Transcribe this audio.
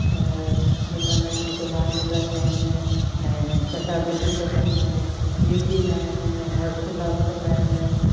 मिलंदा आहिनि हुते माण्हू उॾाईंदा आहिनि ऐं चटाभेटियूं कंदा आहिनि जीतींदा आहिनि हर्षोउल्लहास कंदा आहिनि